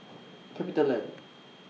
CapitaLand